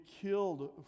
killed